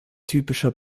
typischer